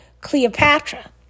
Cleopatra